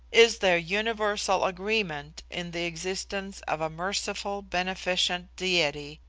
is their universal agreement in the existence of a merciful beneficent diety,